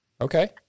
Okay